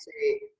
say